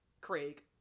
Craig